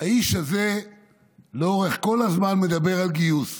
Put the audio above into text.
האיש הזה לאורך כל הזמן מדבר על גיוס,